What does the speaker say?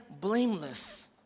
blameless